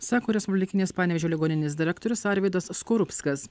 sako respublikinės panevėžio ligoninės direktorius arvydas skorupskas